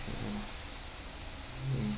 mmhmm mm